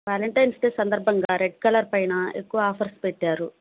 Valentine's Day సందర్భంగా red colour పైన ఎక్కువ ఆఫర్స్ పెట్టారు